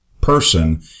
person